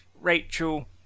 Rachel